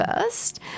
first